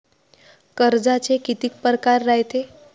कर्जाचे कितीक परकार रायते?